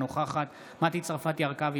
אינה נוכחת מטי צרפתי הרכבי,